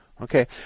Okay